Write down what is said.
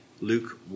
Luke